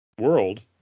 world